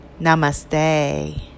Namaste